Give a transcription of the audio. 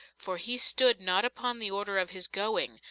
for he stood not upon the order of his going,